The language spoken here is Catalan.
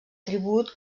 tribut